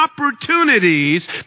opportunities